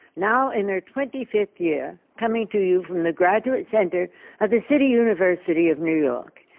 now in their twenty fifth year, coming to you from the graduate center of the city university of new york.